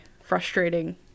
frustrating